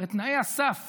הרי תנאי הסף